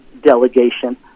delegation